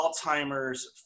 Alzheimer's